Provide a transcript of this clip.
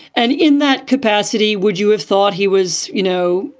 and in that capacity, would you have thought he was, you know,